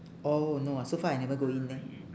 oh no so far I never go in leh